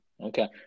Okay